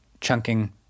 chunking